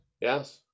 yes